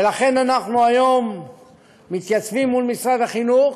ולכן אנחנו היום מתייצבים מול משרד החינוך.